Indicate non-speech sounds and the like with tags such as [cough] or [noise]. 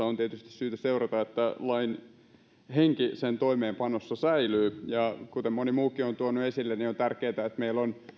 [unintelligible] on tietysti syytä seurata että lain henki sen toimeenpanossa säilyy ja kuten moni muukin on tuonut esille on tärkeää että meillä on